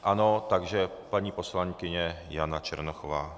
Ano, takže paní poslankyně Jana Černochová.